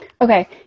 Okay